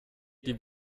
die